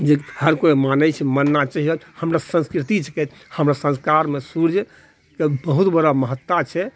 जे हर कोइ मानै छै मानना चाहिअऽ हमरा संस्कृतिरऽ हमरा संस्कारमे सूर्यके बहुत बड़ा महत्ता छै